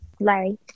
Larry